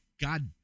God